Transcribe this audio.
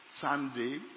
Sunday